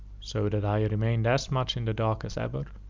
so that i ah remained as much in the dark as ever.